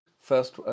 First